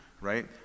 right